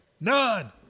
None